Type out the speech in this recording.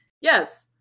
yes